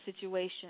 situation